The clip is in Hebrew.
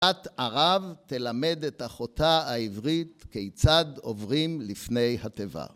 בת ערב תלמד את אחותה העברית כיצד עוברים לפני התיבה.